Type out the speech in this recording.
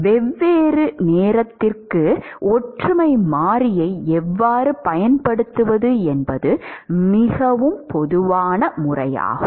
வெவ்வேறு நேரத்திற்கு ஒற்றுமை மாறியை எவ்வாறு பயன்படுத்துவது என்பது மிகவும் பொதுவான முறையாகும்